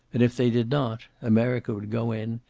and if they did not, america would go in,